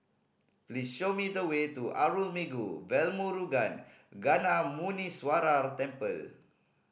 please show me the way to Arulmigu Velmurugan Gnanamuneeswarar Temple